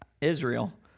Israel